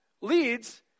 leads